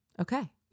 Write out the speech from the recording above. Okay